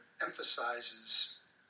emphasizes